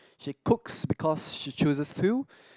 she cooks because she chooses to